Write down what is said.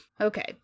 Okay